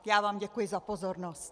Já vám děkuji za pozornost.